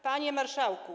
Panie Marszałku!